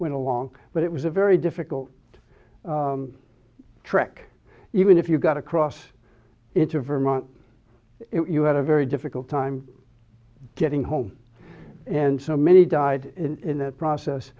went along but it was a very difficult trek even if you got across into vermont you had a very difficult time getting home and so many died in the process